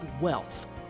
wealth